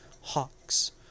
hawks